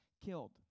killed